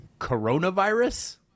Coronavirus